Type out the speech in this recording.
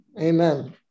Amen